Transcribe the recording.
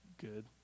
Good